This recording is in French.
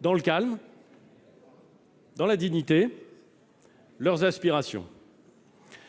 dans le calme, dans la dignité, leurs aspirations.